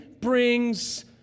brings